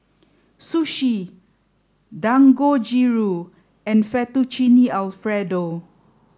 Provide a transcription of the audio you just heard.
Sushi Dangojiru and Fettuccine Alfredo